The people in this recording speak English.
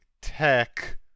tech